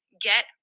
get